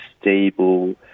stable